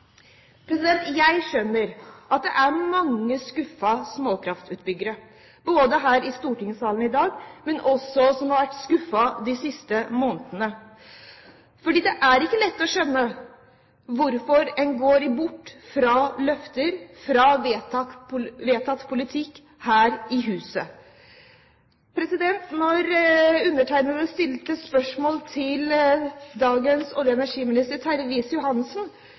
Jeg skjønner at det er mange småkraftverkutbyggere som er skuffet over stortingssalen i dag, men som også har vært skuffet de siste månedene. Det er ikke lett å skjønne hvorfor en går bort fra løfter, bort fra politikk vedtatt her i huset. Da jeg i november måned, etter at pressemeldingen var blitt sendt ut, stilte spørsmål til dagens olje- og energiminister,